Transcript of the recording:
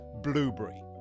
blueberry